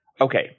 okay